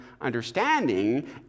understanding